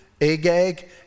Agag